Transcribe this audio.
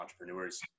entrepreneurs